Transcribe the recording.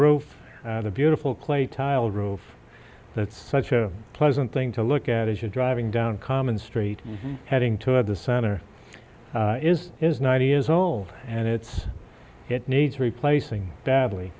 roof the beautiful clay tile roof that's such a pleasant thing to look at as you're driving down common street heading toward the center is ninety years old and it's it needs replacing badly